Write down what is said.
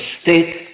state